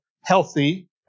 healthy